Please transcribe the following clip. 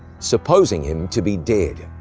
supposing him to be dead.